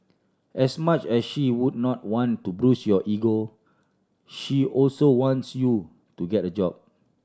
as much as she would not want to bruise your ego she also wants you to get a job